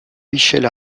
michel